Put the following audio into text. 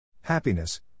Happiness